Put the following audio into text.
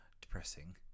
depressing